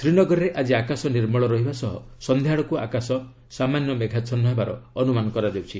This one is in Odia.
ଶ୍ରୀନଗରରେ ଆଜି ଆକାଶ ନିର୍ମଳ ରହିବା ସହ ସନ୍ଧ୍ୟା ଆଡ଼କୁ ଆକାଶ ସାମାନ୍ୟ ମେଘାଚ୍ଛନ୍ନ ହେବାର ଅନୁମାନ କରାଯାଉଛି